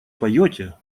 поете